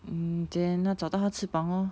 mm then 她找到它翅膀 lor